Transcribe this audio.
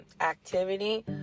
activity